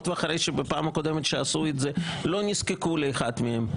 ועוד אחרי שבפעם הקודמת עשו את זה ולא נזקקו לאחד מהם?